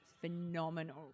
phenomenal